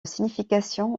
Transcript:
signification